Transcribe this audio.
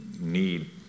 need